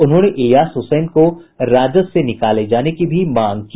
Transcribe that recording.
उन्होंने इलियास हुसैन को राजद से निकाले जाने की भी मांग की